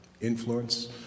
influence